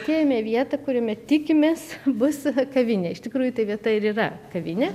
turime vietą kuriame tikimės bus kavinė iš tikrųjų ta vieta ir yra kavinė